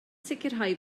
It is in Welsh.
sicrhau